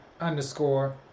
underscore